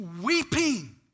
weeping